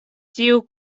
tiu